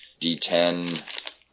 D10